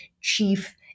chief